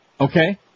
Okay